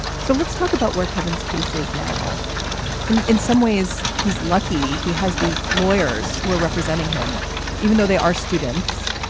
so let's talk about where kevin's cases now in in some ways he's lucky he has these lawyers were representing him even though they are students.